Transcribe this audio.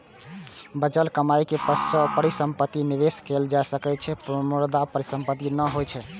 बचल कमाइ के परिसंपत्ति मे निवेश कैल जा सकै छै, मुदा परिसंपत्ति नै होइ छै